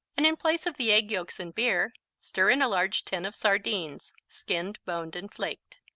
and in place of the egg yolks and beer, stir in a large tin of sardines, skinned, boned and flaked.